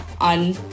on